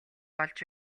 болж